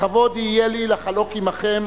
לכבוד יהיה לי לחלוק עמכם,